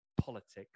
politics